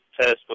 test